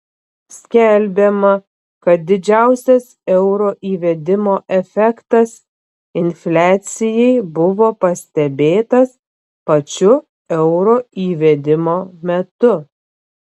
skelbiama kad didžiausias euro įvedimo efektas infliacijai buvo pastebėtas pačiu euro įvedimo metu